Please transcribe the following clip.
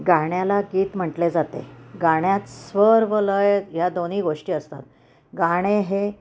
गाण्याला गीत म्हटले जाते गाण्यात स्वर व लय या दोन्ही गोष्टी असतात गाणे हे